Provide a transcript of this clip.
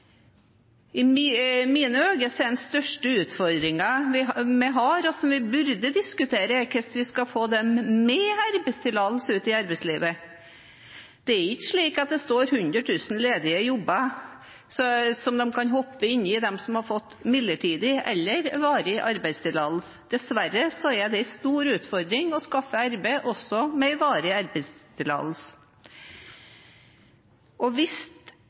mine øyne er den største utfordringen vi har, og som vi burde diskutere, hvordan vi skal få dem med arbeidstillatelse ut i arbeidslivet. Det er ikke slik at det står 100 000 ledige jobber som de kan hoppe inn i når de har fått midlertidig eller varig arbeidstillatelse. Dessverre er det en stor utfordring å skaffe arbeid, også med varig arbeidstillatelse. Hvis